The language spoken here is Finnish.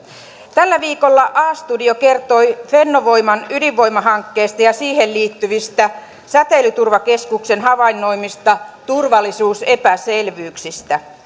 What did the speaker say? tällä viikolla a studio kertoi fennovoiman ydinvoimahankkeesta ja siihen liittyvistä säteilyturvakeskuksen havainnoimista turvallisuusepäselvyyksistä